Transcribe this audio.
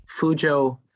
Fujo